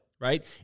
right